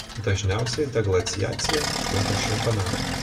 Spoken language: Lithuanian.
dažniausiai deglaciacija trunka šimtą metų